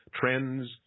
trends